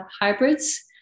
hybrids